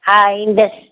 हा ईंदसि